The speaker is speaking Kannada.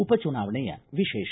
ಉಪಚುನಾವಣೆಯ ವಿಶೇಷ